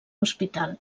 hospital